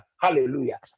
hallelujah